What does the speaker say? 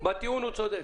בטיעון הוא צודק.